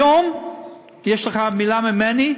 היום יש לך מילה ממני,